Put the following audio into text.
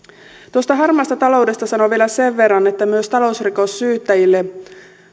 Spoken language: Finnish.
tuosta harmaasta taloudesta sanon vielä sen verran että myös talousrikossyyttäjille